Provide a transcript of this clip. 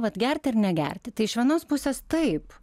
vat gerti ar negerti tai iš vienos pusės taip